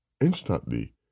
Instantly